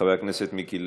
חבר הכנסת מיקי לוי.